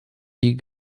die